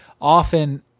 often